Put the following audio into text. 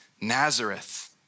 Nazareth